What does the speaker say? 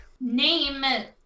Name